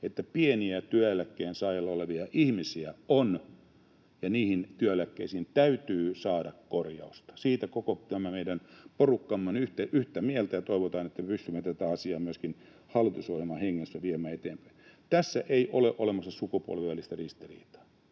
että pienillä työeläkkeellä olevia ihmisiä on, ja niihin työeläkkeisiin täytyy saada korjausta. Siitä koko tämä meidän porukkamme on yhtä mieltä, ja toivotaan, että pystymme tätä asiaa myöskin hallitusohjelman hengessä viemään eteenpäin. Tässä ei ole olemassa sukupolvien välistä ristiriitaa.